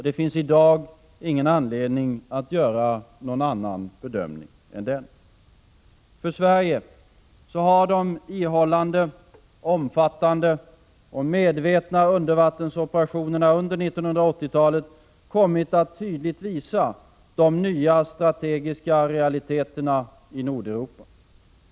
Det finns i dag ingen anledning att göra en annorlunda bedömning. För Sverige har de ihållande, omfattande och medvetna undervattensoperationerna under 1980-talet kommit att tydligt visa de nya strategiska realiteterna i Nordeuropa.